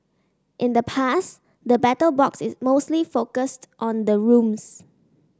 in the past the Battle Box is mostly focused on the rooms